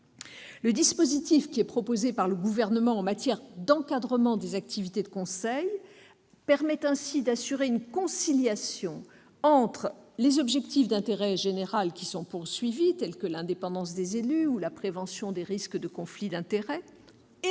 Le dispositif proposé par le Gouvernement en matière d'encadrement des activités de conseil assure une conciliation entre les objectifs d'intérêt général visés par le texte, tels que l'indépendance des élus ou la prévention des risques de conflits d'intérêts, et